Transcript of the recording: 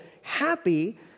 happy